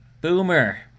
Boomer